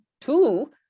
two